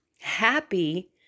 happy